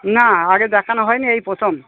না আগে দেখানো হয়নি এই প্রথম